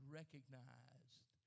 recognized